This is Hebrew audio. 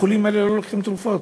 החולים האלה לא לוקחים תרופות,